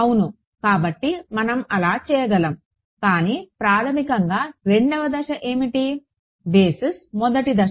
అవును కాబట్టి మనం అలా చేయగలము కానీ ప్రాథమికంగా 2వ దశ ఏమిటి బేసిస్ మొదటి దశ